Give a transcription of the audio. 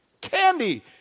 candy